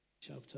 chapter